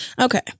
Okay